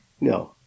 no